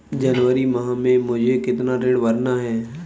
जनवरी माह में मुझे कितना ऋण भरना है?